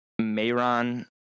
Mayron